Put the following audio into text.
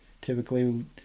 typically